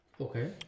Okay